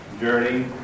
journey